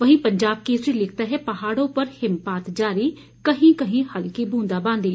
वहीं पंजाब केसरी लिखता है पहाड़ों पर हिमपात जारी कहीं कहीं हल्की ब्रंदाबांदी